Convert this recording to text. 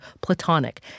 Platonic